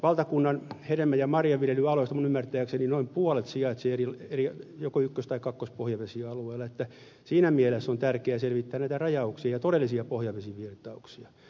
valtakunnan hedelmän ja marjanviljelyalueista minun ymmärtääkseni noin puolet sijaitsee joko ykkös tai kakkospohjavesialueella niin että siinä mielessä on tärkeää selvittää näitä rajauksia ja todellisia pohjavesivirtauksia